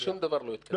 שום דבר לא יצליח.